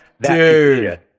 dude